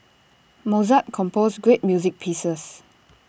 Mozart composed great music pieces